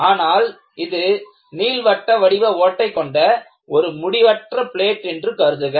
ஆனால் இது நீள்வட்ட வடிவ ஓட்டை கொண்ட ஒரு முடிவற்ற பிளேட் என்று கருதுக